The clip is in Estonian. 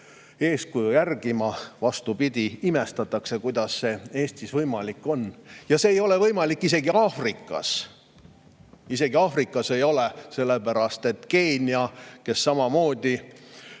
eeskuju järgima. Vastupidi, imestatakse, kuidas see Eestis võimalik on. See ei ole võimalik isegi Aafrikas. Isegi Aafrikas ei ole! Keenia, kes samamoodi